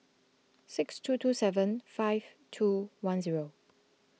six two two seven five two one zero